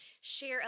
share